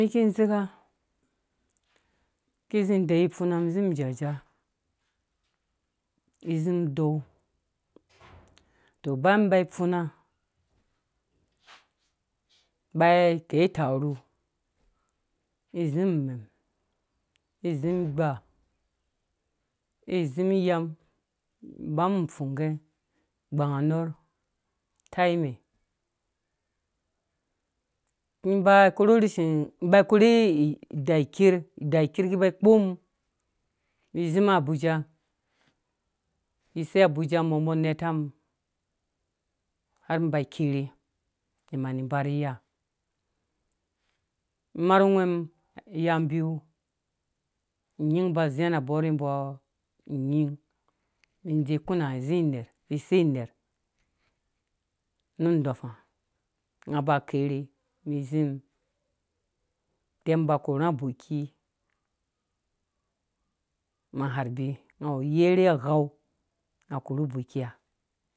ki zĩ deyiwe ifuna mum ĩ zĩm jaja ĩ zĩm dɔu tɔ baya mum ba funa ba kei tarhu ni zĩ mɛm zĩm igba ĩ zĩm uyam bam upfung ngge gbanganor taime mba karhu rashi korhi idaa ikɛr idaa kɛr ki ba kpɔ mum mĩ zĩm abuja zĩ sei abuja mɔ kpɔ mum mi zĩm abuja zĩ sei abuja mɔ mbɔ netam har mum ba kerhe nimani ba rhi iya mar ngwhɛ̃m yan biyu nyingba zĩa na bor bɔrhe mbɔ nyin idze kuna zĩ iner isei iner nu ndofã nga ba kerhe mi zĩm utem ba korhunga ubuki maharbi nga awu uyɛrɛ aghau nga korhu buki ha.